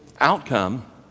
outcome